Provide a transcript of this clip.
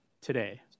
today